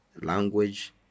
language